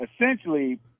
essentially